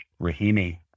Rahimi